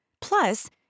Plus